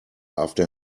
after